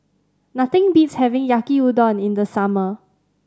nothing beats having Yaki Udon in the summer